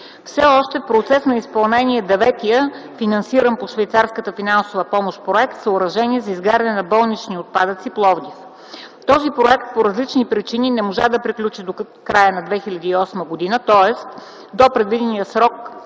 Все още в процес на изпълнение е деветият, финансиран със швейцарска финансова помощ, проект „Съоръжение за изгаряне болнични отпадъци – Пловдив”. Този проект по различни причини не можа да приключи до края на 2008 г., тоест до предвидения срок